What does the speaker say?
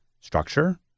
structure